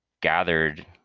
gathered